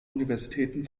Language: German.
universitäten